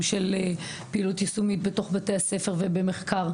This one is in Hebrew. של פעילות יישומית בתוך בתי הספר ובמחקר.